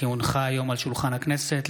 כי הונחה היום על שולחן הכנסת,